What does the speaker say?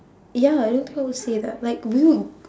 ya I don't think I would stay there like we would g~